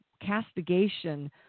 castigation